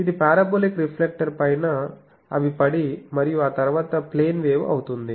ఇది parabolic reflector పైన అవి పడి మరియు ఆ తరువాత ప్లేన్ వేవ్ అవుతుంది